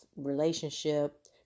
Relationship